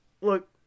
Look